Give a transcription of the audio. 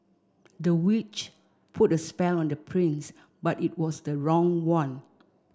the witch put a spell on the prince but it was the wrong one